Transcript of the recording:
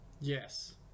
Yes